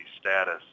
status